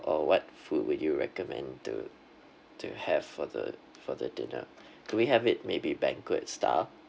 or what food would you recommend to to have for the for the dinner could we have it maybe banquet style